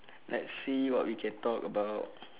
let's see what we can talk about